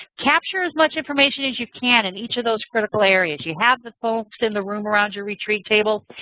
capture as much information as you can in each of those critical areas. you have the folks in the room around your retreat table.